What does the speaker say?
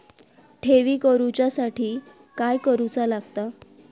ठेवी करूच्या साठी काय करूचा लागता?